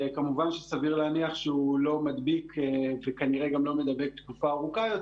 כמובן שסביר להניח שהוא לא מדביק וכנראה גם לא מדבק תקופה ארוכה יותר.